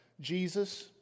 Jesus